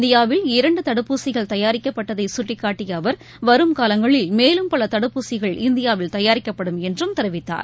இந்தியாவில் இரண்டுதடுப்பூசிகள் தயாரிக்கப்பட்டதைகட்டிக்காட்டியஅவர் வரும் காலங்களில் மேலும் பலதடுப்பூசிகள் இந்தியாவில் தயாரிக்கப்படும் என்றும் தெரிவித்தார்